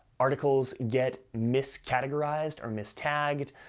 articles get miscategorized, or mis-tagged,